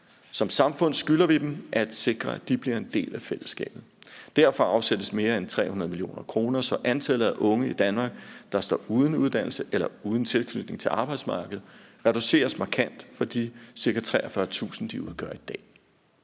Som samfund skylder vi dem at sikre, at de bliver en del af fællesskabet. Derfor afsættes mere end 300 mio. kr., så antallet af unge i Danmark, der står uden uddannelse eller uden tilknytning til arbejdsmarkedet, reduceres markant; det drejer sig om ca.